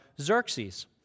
Xerxes